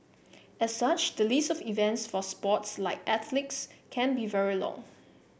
as such the list of events for sports like athletics can be very long